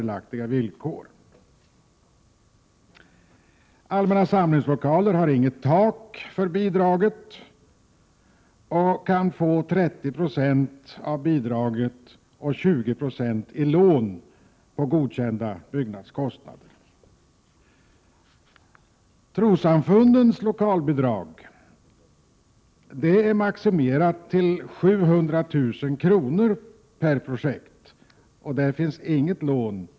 För bidraget till allmänna samlingslokaler finns inget tak, och det är möjligt att få 30 Jo i bidrag och 20 9 i lån av godkända byggkostnader. Trossamfundens lokalbidrag är maximerat till 700 000 kr. per projekt, och där finns inga lån.